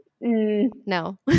no